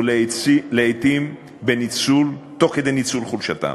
ולעתים תוך ניצול חולשתם.